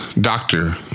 doctor